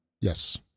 Yes